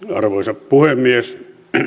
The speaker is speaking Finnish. arvoisa puhemies